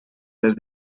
des